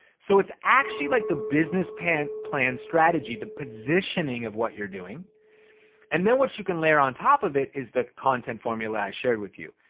so it's actually like the business plan plan strategy, the positioning of what you're doing and then what you can layer on top of it is the content formula i shared with you.